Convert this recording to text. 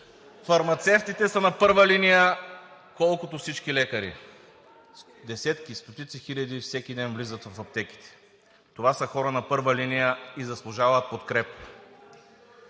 Фармацевтите са на първа линия, колкото всички лекари – десетки, стотици хиляди всеки ден влизат в аптеките. Това са хора на първа линия и заслужават подкрепа.